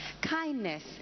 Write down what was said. kindness